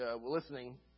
listening